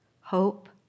hope